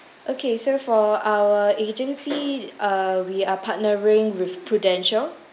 okay so for our agency uh we are partnering with prudential